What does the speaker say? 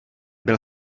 byl